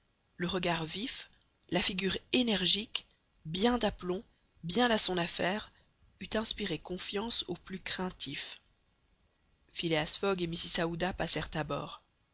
le regard vif la figure énergique bien d'aplomb bien à son affaire eût inspiré confiance aux plus craintifs phileas fogg et mrs aouda passèrent à bord